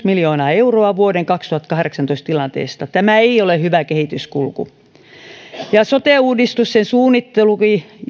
miljoonaa euroa vuoden kaksituhattakahdeksantoista tilanteesta tämä ei ole hyvä kehityskulku sote uudistus sen suunnittelu